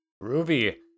Ruby